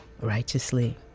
righteously